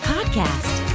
Podcast